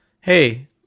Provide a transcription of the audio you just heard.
hey